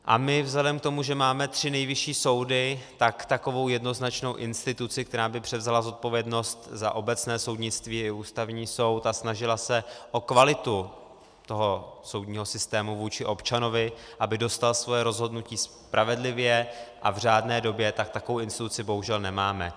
A my vzhledem k tomu, že máme tři nejvyšší soudy, takovou jednoznačnou instituci, která by převzala zodpovědnost za obecné soudnictví i Ústavní soud a snažila se o kvalitu toho soudního systému vůči občanovi, aby dostal svoje rozhodnutí spravedlivě a v řádné době, takovou instituci bohužel nemáme.